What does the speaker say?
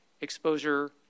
exposure